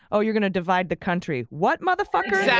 oh, you're going to divide the country. what, motherfucker? yeah